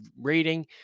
rating